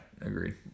agreed